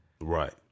Right